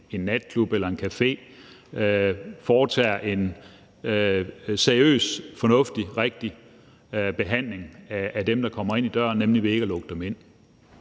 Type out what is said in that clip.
en natklub eller en café foretager en seriøs, fornuftig, rigtig behandling af dem, der kommer ved døren, nemlig ved ikke at lukke dem ind.